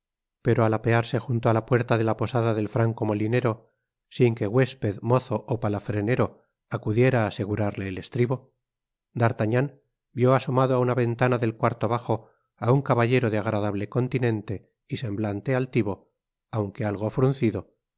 pero al apearse junto á la puerta de la posada del franco molinero sin que huésped mozo ó palafrenero acudiera á asegurarle el estribo d'artagnan vió asomado á una ventana del cuarto bajo á un caballero de agradable continente y semblante altivo aunque algo fruncido